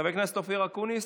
חבר הכנסת אופיר אקוניס,